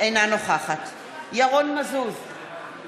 אינה נוכחת ירון מזוז, אינו